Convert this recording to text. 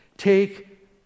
take